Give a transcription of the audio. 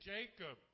Jacob